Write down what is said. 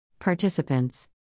Participants